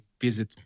visit